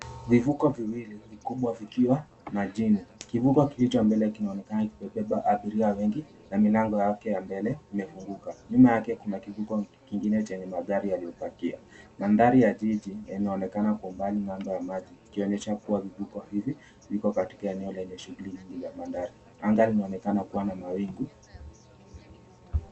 Vivuko viwili vikubwa vikiwa majini. Kivuko kilichombele kinaonekana kimebeba abiria wengi na milango yake ya mbele imefunguka. Nyuma yake kuna kivuko kingine chene nagari yaliyopakia, Mandhari ya jiji yanaonekana kwa umbali ng'ambo ya maji ikionyesha kuwa vivuko hivi viko katika eneo lenye shugli nyingi za bandari. Mandhari inaonekana kuwa na mawingu.